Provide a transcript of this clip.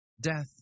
Death